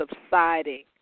subsiding